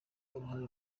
uruhare